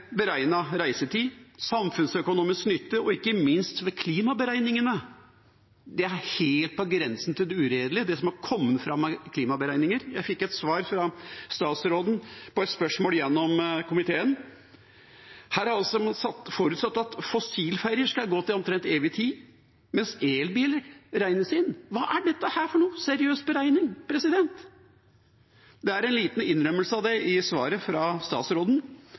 reisetid, ved samfunnsøkonomisk nytte og ikke minst ved klimaberegningene. Det er helt på grensen til det uredelige, det som har kommet fram av klimaberegninger. Jeg fikk svar fra statsråden på et spørsmål gjennom komiteen. Her har man forutsatt at fossilferger skal gå til omtrent evig tid, mens elbiler regnes inn. Hva er dette for slags seriøs beregning? Det er en liten innrømmelse av det i svaret fra statsråden.